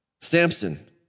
Samson